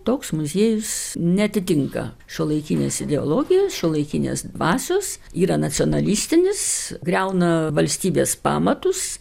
toks muziejus neatitinka šiuolaikinės ideologijos šiuolaikinės dvasios yra nacionalistinis griauna valstybės pamatus